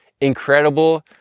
Incredible